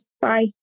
Bye